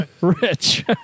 Rich